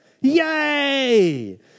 Yay